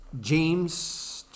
James